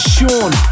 Sean